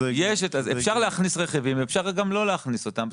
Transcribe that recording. אפשר להכניס רכיבים ואפשר גם לא להכניס אותם.